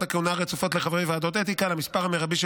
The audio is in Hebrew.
הכהונה הרצופות לחברי ועדות אתיקה למספר המרבי של